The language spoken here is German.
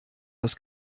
das